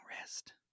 rest